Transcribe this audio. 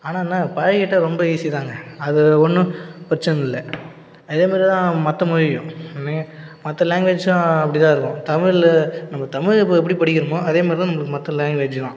ஆனால் என்ன பழகிட்டால் ரொம்ப ஈசிதாங்க அது ஒன்றும் பிரச்சனை இல்லை அதேமாதிரி தான் மற்ற மொழியும் மற்ற லாங்குவேஜ்ஜும் அப்படி தான் இருக்கும் தமிழ் நம்ப தமிழ் இப்போ எப்படி படிக்கிறோமோ அதேமாதிரி தான் நம்பளுக்கு மற்ற லாங்குவேஜுலாம்